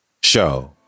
Show